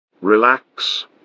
relax